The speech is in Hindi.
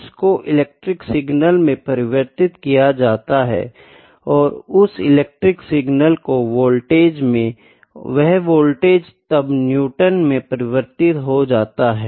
फाॅर्स को इलेक्ट्रिकल सिग्नल में परिवर्तित किया जाता है और उस इलेक्ट्रिकल सिग्नल को वोल्टेज में वह वोल्टेज तब न्यूटन में परिवर्तित हो जाता है